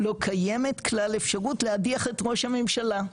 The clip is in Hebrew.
לא קיימת כלל אפשרות להדיח את ראש הממשלה.